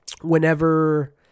whenever